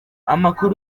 amakuru